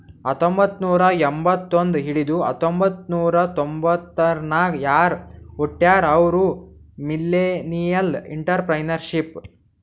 ಹತ್ತಂಬೊತ್ತ್ನೂರಾ ಎಂಬತ್ತೊಂದ್ ಹಿಡದು ಹತೊಂಬತ್ತ್ನೂರಾ ತೊಂಬತರ್ನಾಗ್ ಯಾರ್ ಹುಟ್ಯಾರ್ ಅವ್ರು ಮಿಲ್ಲೆನಿಯಲ್ಇಂಟರಪ್ರೆನರ್ಶಿಪ್